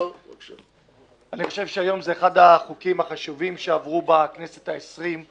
אני חושב שזה אחד החוקים החשובים שעברו בכנסת ה-20,